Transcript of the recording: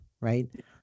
right